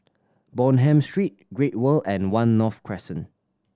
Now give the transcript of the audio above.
Bonham Street Great World and One North Crescent